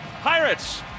Pirates